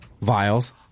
vials